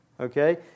Okay